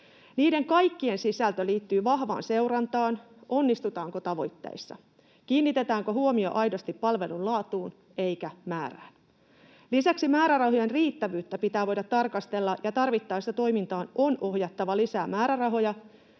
Niiden kaikkien sisältö liittyy sen vahvaan seurantaan, onnistutaanko tavoitteissa, kiinnitetäänkö huomio aidosti palvelun laatuun eikä määrään. Lisäksi määrärahojen riittävyyttä pitää voida tarkastella, ja tarvittaessa toimintaan on ohjattava lisää määrärahoja.